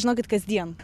žinokit kasdien